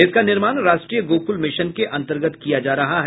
इसका निर्माण राष्ट्रीय गोक़ल मिशन के अंतर्गत किया जा रहा है